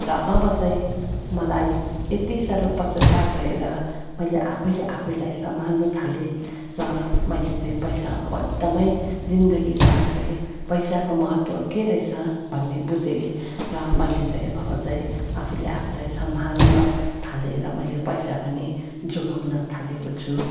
र अब चाहिँ मलाई यति साह्रो पश्चाताप भएर मैले आफैले आफैलाई सम्हाल्नु थालेँ र मैले चाहिँ पैसा अब एकदमै जिन्दगीमा चाहिँ पैसाको महत्त्व के रहेछ भन्ने बुझेँ र मैले चाहिँ अब चाहिँ आफूले आफैलाई सम्हाल्न थालेँ र मैले पैसा पनि जोगाउन थालेको छु